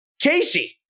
Casey